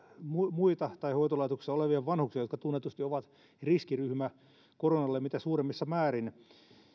muita muita tai hoitolaitoksissa olevia vanhuksia jotka tunnetusti ovat riskiryhmä koronalle mitä suuremmissa määrin